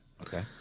Okay